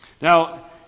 Now